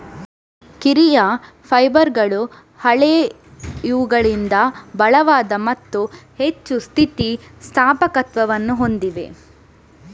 ಕಿರಿಯ ಫೈಬರ್ಗಳು ಹಳೆಯವುಗಳಿಗಿಂತ ಬಲವಾದ ಮತ್ತು ಹೆಚ್ಚು ಸ್ಥಿತಿ ಸ್ಥಾಪಕತ್ವವನ್ನು ಹೊಂದಿವೆ